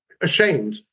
ashamed